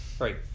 Right